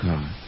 God